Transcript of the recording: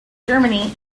germany